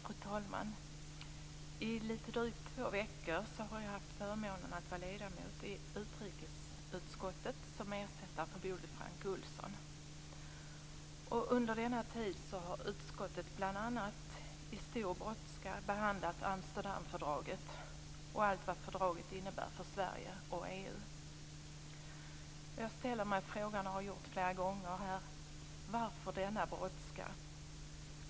Fru talman! I litet drygt två veckor har jag haft förmånen att få vara ledamot i utrikesutskottet som ersättare för Bodil Francke Ohlsson. Under denna tid har utskottet i stor brådska behandlat Amsterdamfördraget och allt vad fördraget innebär för Sverige och Jag har flera gånger frågat: Varför denna brådska?